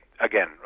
again